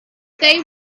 they